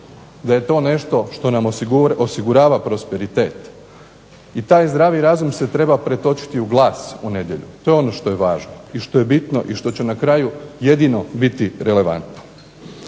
da je to nešto što nam osigurava prosperitet i taj zdravi razum se treba pretočiti u glas u nedjelju. To je ono što je važno i što je bitno i što će na kraju jedino biti relevantno.